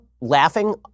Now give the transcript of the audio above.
laughing